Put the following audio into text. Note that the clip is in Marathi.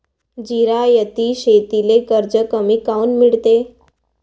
जिरायती शेतीले कर्ज कमी काऊन मिळते?